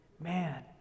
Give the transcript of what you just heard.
Man